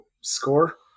Score